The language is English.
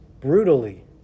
brutally